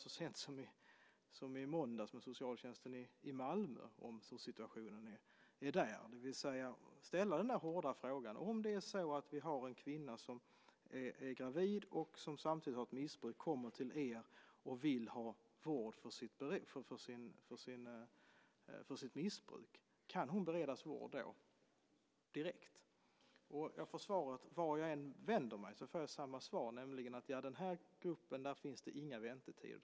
Så sent som i måndags talade jag med socialtjänsten i Malmö om situationen där och ställde den hårda frågan: Om en kvinna som är gravid och som samtidigt har ett missbruk kommer till er och vill ha vård för sitt missbruk, kan hon då beredas vård direkt? Vart jag än vänder mig får jag samma svar: För den här gruppen finns det inga väntetider.